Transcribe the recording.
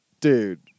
dude